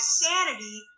sanity